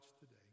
today